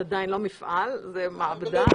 זה עדיין לא מפעל, זה מעבדה.